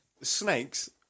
Snakes